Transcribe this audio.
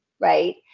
right